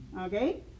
okay